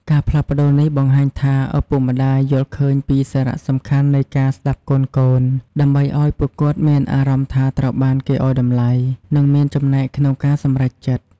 ការផ្លាស់ប្តូរនេះបង្ហាញថា ឪពុកម្ដាយយល់ឃើញពីសារៈសំខាន់នៃការស្ដាប់កូនៗ ដើម្បីឲ្យពួកគាត់មានអារម្មណ៍ថាត្រូវបានគេឲ្យតម្លៃ និងមានចំណែកក្នុងការសម្រេចចិត្ត។